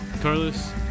Carlos